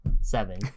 seven